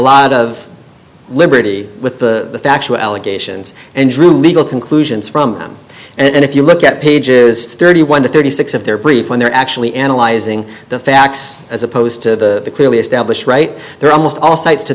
lot of liberty with the factual allegations and drew legal conclusions from it and if you look at page is thirty one to thirty six of their brief when they're actually analyzing the facts as opposed to the clearly established right there almost all sides to